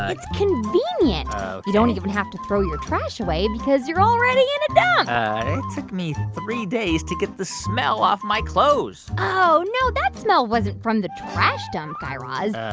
it's convenient ok you don't even have to throw your trash away because you're already in a dump it took me three days to get the smell off my clothes oh, no. that smell wasn't from the trash dump, guy raz.